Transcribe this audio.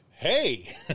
Hey